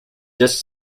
just